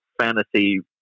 fantasy